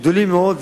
גדולים מאוד.